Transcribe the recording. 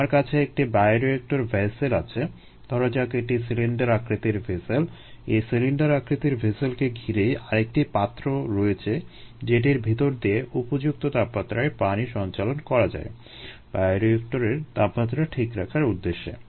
তোমার কাছে একটি বায়োরিয়েক্টর ভেসেল আছে ধরা যাক এটি সিলিন্ডার আকৃতির ভেসেল এই সিলিন্ডার আকৃতির ভেসেলকে ঘিরেই আরেকটি পাত্র রয়েছে যেটির ভিতর দিয়ে উপযুক্ত তাপমাত্রায় পানি সঞ্চালন করা যায় - বায়োরিয়েক্টরের তাপমাত্রা ঠিক রাখার উদ্দেশ্যে